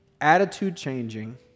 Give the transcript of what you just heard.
attitude-changing